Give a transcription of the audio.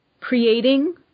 creating